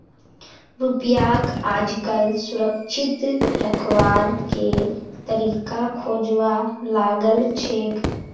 रुपयाक आजकल सुरक्षित रखवार के तरीका खोजवा लागल छेक